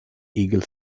eagle